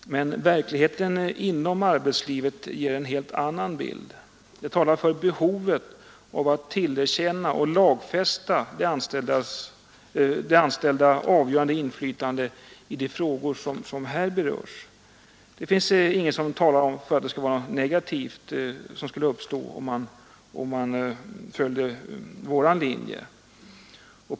Verkligheten inom arbetslivet ger en helt annan bild. Den talar för behovet av att tillerkänna och lagfästa avgörande inflytande åt de anställda i de frågor som här berörs. Det finns inget som talar för att någonting negativt skulle uppstå om man följde vår linje.